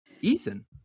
Ethan